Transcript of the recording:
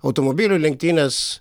automobilių lenktynės